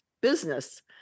business